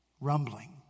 Rumbling